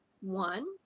one